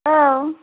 औ